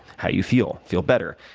how you feel feel better.